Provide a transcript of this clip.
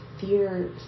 fear